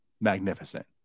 Magnificent